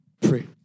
Pray